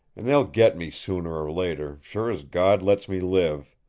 and they'll get me sooner or later, sure as god lets me live!